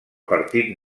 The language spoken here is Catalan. partit